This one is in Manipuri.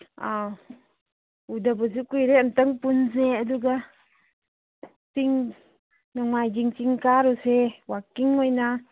ꯑꯥ ꯎꯗꯕꯁꯨ ꯀꯨꯏꯔꯦ ꯑꯝꯇꯪ ꯄꯨꯟꯁꯦ ꯑꯗꯨꯒ ꯆꯤꯡ ꯅꯣꯡꯃꯥꯏꯖꯤꯡ ꯆꯤꯡ ꯀꯥꯔꯨꯁꯦ ꯋꯥꯀꯤꯡ ꯑꯣꯏꯅ